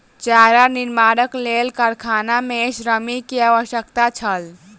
चारा निर्माणक लेल कारखाना मे श्रमिक के आवश्यकता छल